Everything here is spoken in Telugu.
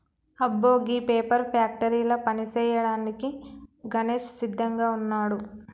అబ్బో గీ పేపర్ ఫ్యాక్టరీల పని సేయ్యాడానికి గణేష్ సిద్దంగా వున్నాడు